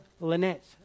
Lynette